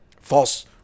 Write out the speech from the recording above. false